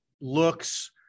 looks